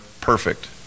perfect